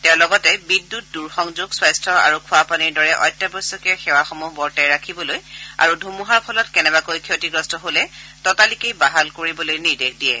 তেওঁ লগতে বিদ্যুত দূৰসংযোগ স্বাস্থ্য আৰু খোৱাপানীৰ দৰে অত্যাৱশ্যকীয় সেৱাসমূহ বৰ্তাই ৰাখিবলৈ আৰু ধুমুহাৰ ফলত কেনেবাকৈ ক্ষতিগ্ৰস্ত হলে ততালিকে বাহাল কৰিবলৈ নিৰ্দেশ দিয়ে